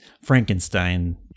Frankenstein